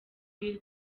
bill